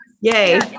yay